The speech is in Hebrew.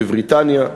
בבריטניה,